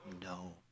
No